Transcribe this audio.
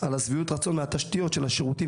על שביעות הרצון מהתשתיות של השירותים